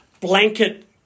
blanket